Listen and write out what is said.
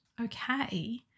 okay